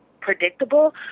predictable